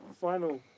final